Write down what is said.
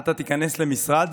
אתה תיכנס למשרד